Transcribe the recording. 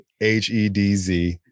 H-E-D-Z